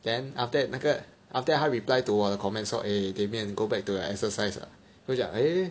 then after that 那个 after that he reply to 我的 comments 说 eh Damien go back to your exercise lah 我就想 eh